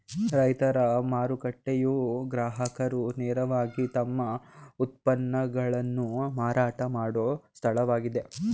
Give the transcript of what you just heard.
ರೈತರ ಮಾರುಕಟ್ಟೆಯು ಗ್ರಾಹಕರು ನೇರವಾಗಿ ತಮ್ಮ ಉತ್ಪನ್ನಗಳನ್ನು ಮಾರಾಟ ಮಾಡೋ ಸ್ಥಳವಾಗಿದೆ